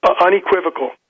unequivocal